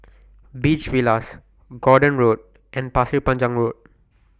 Beach Villas Gordon Road and Pasir Panjang Road